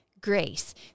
grace